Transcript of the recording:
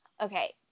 okay